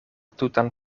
tutan